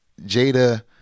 Jada